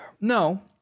No